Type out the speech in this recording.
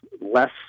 less